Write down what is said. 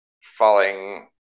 falling